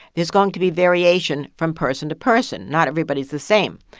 there's going to be variation from person to person. not everybody is the same.